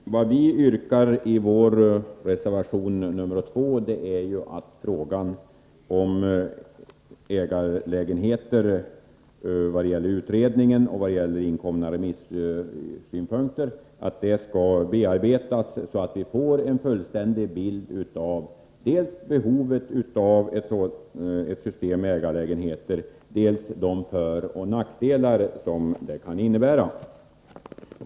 Herr talman! Vad vi yrkar i vår reservation 2 är ju att utredningen och inkomna remissynpunkter i frågan om ägarlägenheter skall bearbetas, så att vi får en fullständig bild dels av behovet av ett system med ägarlägenheter, dels av de föroch nackdelar som det kan innebära.